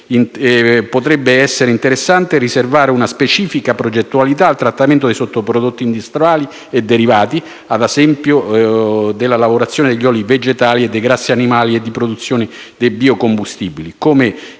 potrebbe essere interessante riservare una specifica progettualità al trattamento dei sottoprodotti industriali derivati, ad esempio, dalla lavorazione di oli vegetali, di grassi animali e di produzione dei biocombustibili,